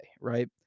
right